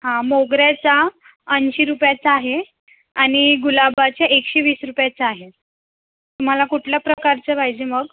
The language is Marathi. हां मोगऱ्याचा ऐंशी रुपयाचा आहे आणि गुलाबाचे एकशे वीस रुपयाचा आहे तुम्हाला कुठल्या प्रकारचे पाहिजे मग